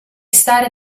stare